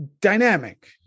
Dynamic